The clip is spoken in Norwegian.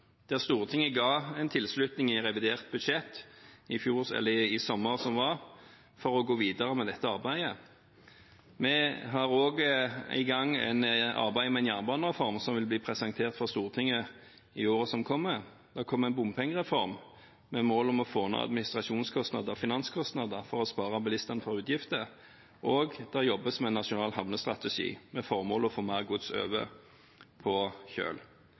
der det er kontroversielt, men vi jobber også med å få på plass et eget veiinvesteringsselskap. Stortinget ga sin tilslutning i revidert budsjett før sommeren i år til å gå videre med dette arbeidet. Vi er også i gang med en jernbanereform som vil bli presentert for Stortinget i årene som kommer. Det kommer en bompengereform, med mål om å få ned administrasjonskostnader og finanskostnader for å spare bilistene for utgifter. Det jobbes også med en nasjonal havnestrategi, med formål om å få mer